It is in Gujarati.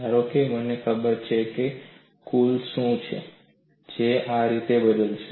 ધારો કે મને ખબર છે કે કુલ શું છે જે આ રીતે બદલાશે